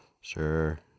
Sure